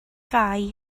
fai